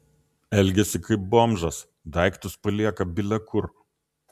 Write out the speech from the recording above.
elgiasi kaip bomžas daiktus palieka bile kur